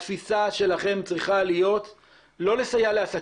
התפיסה שלכם צריכה להיות לא לסייע לעסקים.